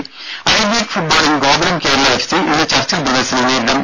രുഭ I League ഫുട്ബോളിൽ Gokulam Kerala FC ഇന്ന് ചർച്ചിൽ ബ്രദേഴ്സിനെ നേരിടും